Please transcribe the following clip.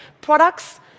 Products